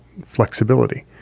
flexibility